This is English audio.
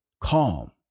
Calm